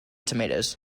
tomatoes